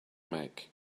make